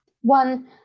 one